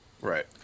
Right